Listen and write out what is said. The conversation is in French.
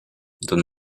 donne